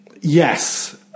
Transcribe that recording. Yes